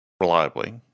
reliably